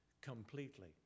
completely